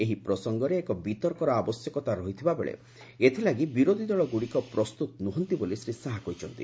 ଏହି ପ୍ରସଙ୍ଗରେ ଏକ ବିତର୍କର ଆବଶ୍ୟକତା ରହିଥିବା ବେଳେ ଏଥିଲାଗି ବିରୋଧୀ ଦଳଗୁଡ଼ିକ ପ୍ରସ୍ତୁତ ନୁହନ୍ତି ବୋଲି ଶ୍ରୀ ଶାହା କହିଛନ୍ତି